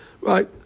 Right